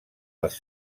les